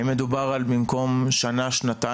האם מדובר על במקום שנה-שנתיים,